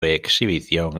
exhibición